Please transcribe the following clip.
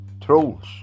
trolls